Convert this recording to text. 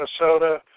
Minnesota